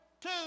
two